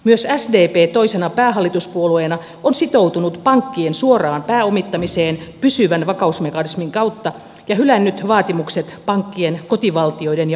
myös as beibi toisena päähallituspuolueena on sitoutunut pankkien suoraan pääomittamiseen pysyvän vakausmekanismin kautta ja hylännyt vaatimukset pankkien kotivaltioiden ja